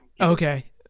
Okay